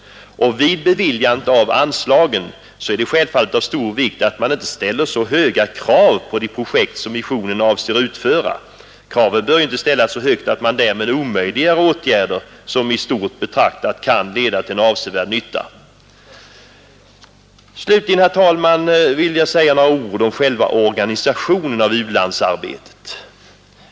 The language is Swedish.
Vid beviljandet av anslagen är det självfallet av stor vikt att man inte reser så höga krav på de projekt som missionen avser att utföra. Kraven bör inte ställas så högt att man därmed omöjliggör åtgärder som i stort betraktat kan leda till en avsevärd nytta. Slutligen, fru talman, vill jag säga några ord om själva organisationen av u-landsarbetet.